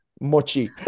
mochi